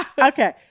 Okay